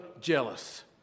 jealous